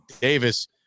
Davis